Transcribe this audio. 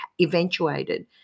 eventuated